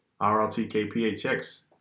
RLTKPHX